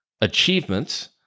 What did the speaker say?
achievements